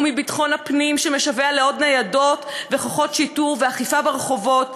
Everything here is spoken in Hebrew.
ומביטחון הפנים שמשווע לעוד ניידות וכוחות שיטור ואכיפה ברחובות.